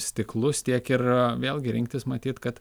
stiklus tiek ir vėlgi rinktis matyt kad